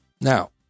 Now